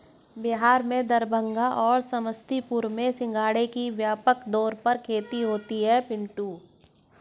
बिहार में दरभंगा और समस्तीपुर में सिंघाड़े की व्यापक तौर पर खेती होती है पिंटू